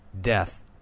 death